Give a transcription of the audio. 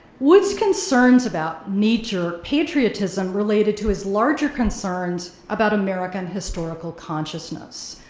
wood's concerns about kneejerk patriotism related to his larger concerns about american historical consciousness,